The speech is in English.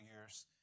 years